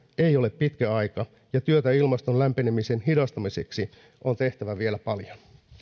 ei ole pitkä aika ja työtä ilmaston lämpenemisen hidastamiseksi on tehtävä vielä paljon